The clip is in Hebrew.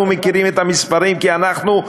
אנחנו מכירים את המספרים כי אנחנו,